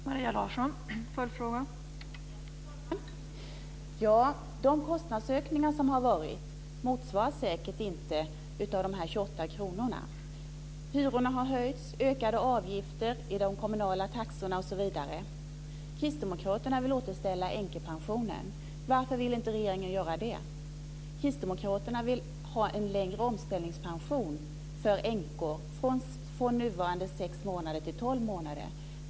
Fru talman! De kostnadsökningar som har skett täcks säkert inte av de 28 kronorna. Hyrorna har höjts, de kommunala taxorna har gått upp osv. Kristdemokraterna vill ha en längre omställningspension för änkor, från nuvarande sex månader till tolv månader.